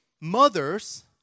mothers